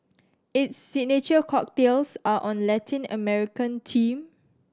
its signature cocktails are on Latin American team